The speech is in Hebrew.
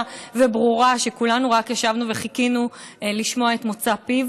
וברורה שכולנו רק ישבנו וחיכינו לשמוע את מוצא פיו.